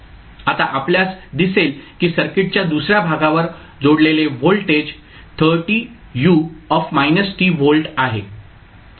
आता आपल्यास दिसेल की सर्किटच्या दुसर्या भागावर जोडलेले व्होल्टेज 30u व्होल्ट आहे